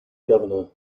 governor